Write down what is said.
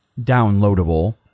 downloadable